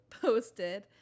posted